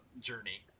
journey